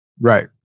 Right